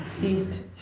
Eat